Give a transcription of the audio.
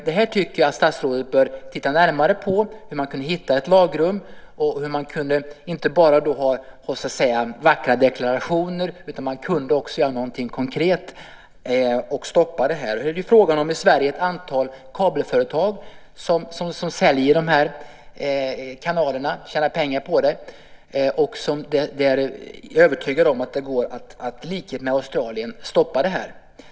Detta tycker jag att statsrådet bör titta närmare på - hur man kan hitta ett lagrum så att det inte bara blir vackra deklarationer utan att man också kan göra någonting konkret och stoppa detta. I Sverige är det fråga om ett antal kabelföretag som säljer de här kanalerna och tjänar pengar på det. Jag är övertygad om att det precis som i Australien går att stoppa det här.